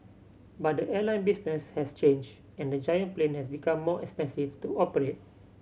but the airline business has changed and the giant plane has become more expensive to operate